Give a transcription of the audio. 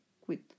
quit